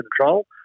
control